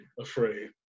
afraid